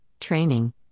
training